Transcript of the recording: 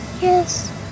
Yes